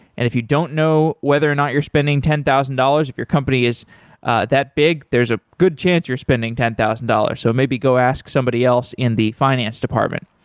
and if you don't know whether or not you're spending ten thousand dollars, if your company is that big, there's a good chance you're spending ten thousand dollars. so maybe go ask somebody else in the finance department.